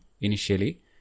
initially